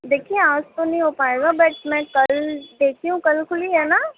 دیکھیے آج تو نہیں ہو پائے گا بٹ میں کل دیکھتی ہوں کل کُھلی ہے نا